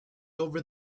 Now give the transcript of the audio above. over